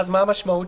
המציאות